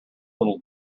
little